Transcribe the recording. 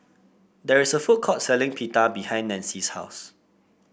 there is a food court selling Pita behind Nanci's house